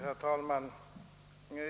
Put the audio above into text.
Herr talman!